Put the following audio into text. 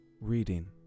reading